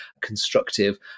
constructive